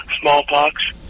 smallpox